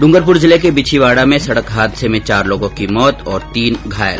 डूंगरपुर जिले के बिछीवाडा में सड़क हादसे में चार लोगों की मौत और तीन अन्य घायल